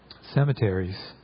cemeteries